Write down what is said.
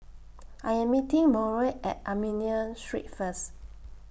I Am meeting Mauro At Armenian Street First